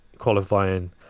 Qualifying